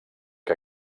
que